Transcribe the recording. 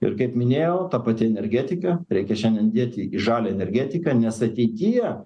ir kaip minėjau ta pati energetika reikia šiandien dėti į žalią energetiką nes ateityje